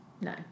No